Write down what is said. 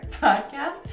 podcast